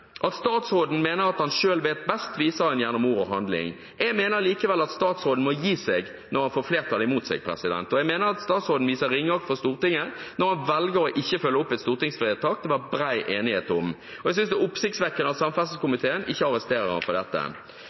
At statsråden mener at han selv vet best, viser han gjennom ord og handling. Jeg mener likevel at statsråden må gi seg når han får flertallet imot seg. Og jeg mener at statsråden viser ringeakt for Stortinget når han velger ikke å følge opp et stortingsvedtak det var bred enighet om. Jeg synes det er oppsiktsvekkende at samferdselskomiteen ikke arresterer ham for dette.